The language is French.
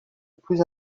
plus